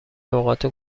لغات